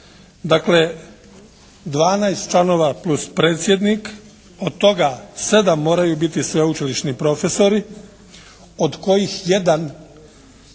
dvanaest članova plus predsjednik, od toga sedam moraju biti sveučilišni profesori od kojih